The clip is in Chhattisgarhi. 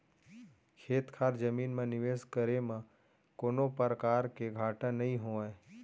खेत खार जमीन म निवेस करे म कोनों परकार के घाटा नइ होवय